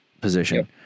position